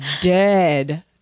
dead